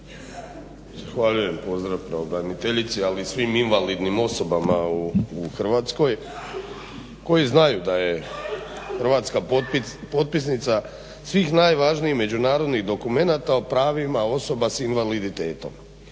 Zahvaljujem. Pozdrav pravobraniteljici, ali i svim invalidnim osobama u Hrvatskoj koji znaju da je Hrvatska potpisnica svih najvažnijih međunarodnih dokumenata o pravima osoba s invaliditetom